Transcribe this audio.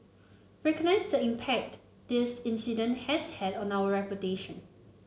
recognise the impact this incident has had on our reputation